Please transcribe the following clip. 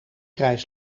reis